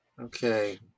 Okay